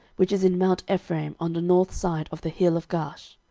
which is in mount ephraim, on the north side of the hill of gaash.